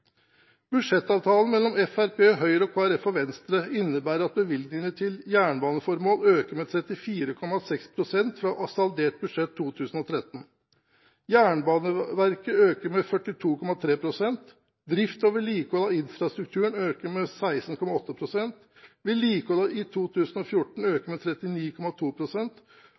Budsjettavtalen mellom Fremskrittspartiet, Høyre, Kristelig Folkeparti og Venstre innebærer at bevilgningene til jernbaneformål øker med 34,6 pst. fra saldert budsjett 2013 Jernbaneverket øker med 42,3 pst. drift og vedlikehold av infrastrukturen øker med 16,8 pst. vedlikeholdet i 2014 øker med